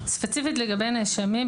ספציפית לגבי נאשמים,